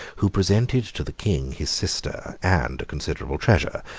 who presented to the king his sister and a considerable treasure,